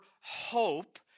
hope